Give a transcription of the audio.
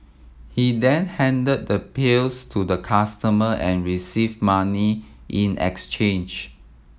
he then handed the pills to the customer and received money in exchange